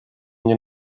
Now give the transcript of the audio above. mnie